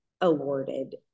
awarded